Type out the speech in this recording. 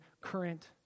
current